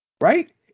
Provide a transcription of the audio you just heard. right